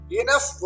enough